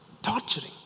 Torturing